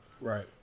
right